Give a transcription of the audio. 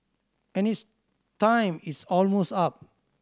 and its time is almost up